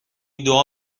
دعا